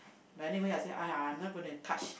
but anyway I say !aiya! I'm not going to touch